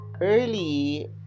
early